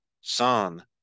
son